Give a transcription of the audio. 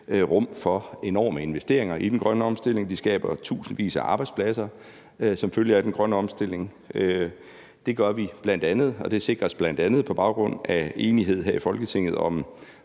rum for enorme investeringer i den grønne omstilling, og de skaber tusindvis af arbejdspladser som følge af den grønne omstilling. Det sikres bl.a. på baggrund af enighed her i Folketinget om